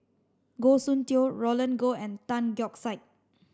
Goh Soon Tioe Roland Goh and Tan Keong Saik